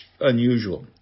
unusual